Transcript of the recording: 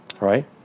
right